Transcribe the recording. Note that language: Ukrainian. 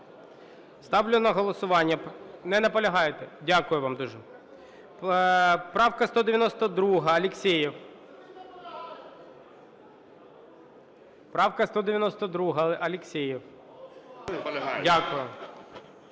Ставлю на голосування… Не наполягаєте. Дякую вам дуже. Правка 192, Алєксєєв. Правка 192, Алєксєєв.